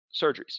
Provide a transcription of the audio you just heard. surgeries